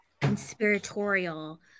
conspiratorial